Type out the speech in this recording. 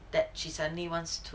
that she suddenly wants to